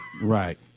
Right